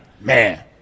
Man